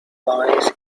lies